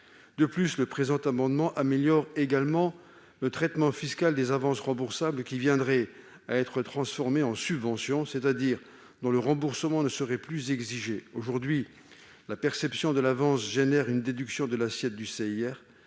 Cet amendement tend également à améliorer le traitement fiscal des avances remboursables qui viendraient à être transformées en subventions, c'est-à-dire dont le remboursement ne serait plus exigé : aujourd'hui, la perception de l'avance entraîne une déduction de l'assiette du CIR